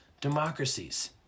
democracies